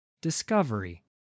discovery